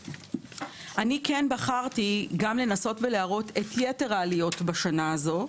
אני כן בחרתי לנסות ולהראות גם את יתר העליות בשנה הזו,